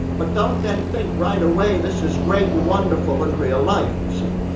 but don't then think right away this is great and wonderful in real life', you see.